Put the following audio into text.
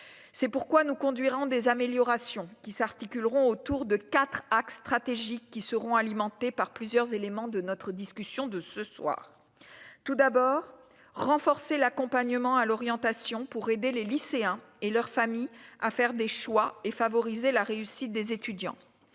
c'est pourquoi nous conduiront des améliorations qui s'articuleront autour de 4 axes stratégiques qui seront alimentés par plusieurs éléments de notre discussion de ce soir tout d'abord renforcer l'accompagnement à l'orientation pour aider les lycéens et leurs familles à faire des choix et favoriser la réussite des étudiants